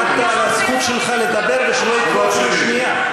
אבל עמדת על הזכות שלך לדבר ושלא ייקחו לך שנייה.